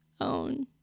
own